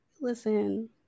listen